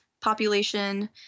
population